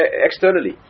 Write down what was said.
externally